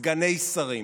סגני שרים,